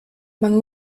man